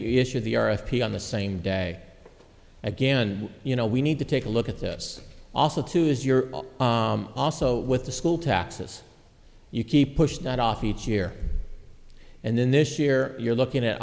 issue the earth pete on the same day again you know we need to take a look at this also too as you're also with the school taxes you keep pushing that off each year and then this year you're looking at